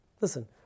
listen